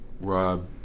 Rob